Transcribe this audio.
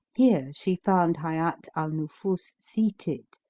here she found hayat al-nufus seated,